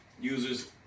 users